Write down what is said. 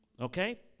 Okay